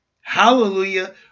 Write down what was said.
hallelujah